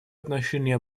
отношении